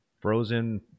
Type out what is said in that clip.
Frozen